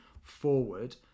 forward